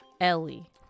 Ellie